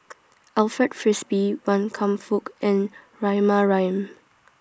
Alfred Frisby Wan Kam Fook and Rahimah Rahim